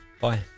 Bye